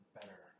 better